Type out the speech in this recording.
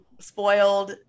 spoiled